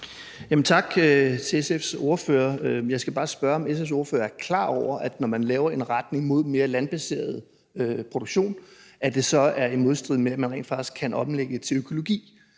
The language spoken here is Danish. Tak til SF's ordfører. Jeg skal bare spørge, om SF's ordfører er klar over, at når man går i en retning med mere landbaseret produktion, er det i modstrid med, at man rent faktisk kan omlægge til økologi.